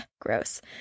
gross